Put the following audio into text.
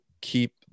keep